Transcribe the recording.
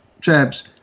jabs